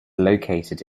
located